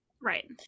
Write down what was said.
Right